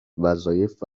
وظایف